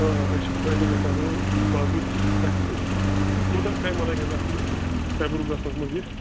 آ اَسہِ چھُ فٲیدٕ باقٕے اَسہِ کوٗتاہ ٹایِم لگہِ حظ اَتھ یہِ گَژھنس منٛز یہِ